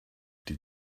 die